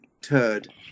turd